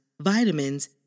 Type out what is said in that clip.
vitamins